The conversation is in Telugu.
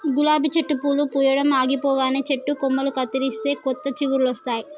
గులాబీ చెట్టు పూలు పూయడం ఆగిపోగానే చెట్టు కొమ్మలు కత్తిరిస్తే కొత్త చిగురులొస్తాయి